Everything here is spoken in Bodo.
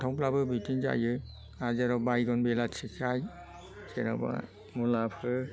फानथावब्लाबो बिदिनो जायो आरो जेराव बायगन बेलाथिखाय जेनेबा मुलाफोर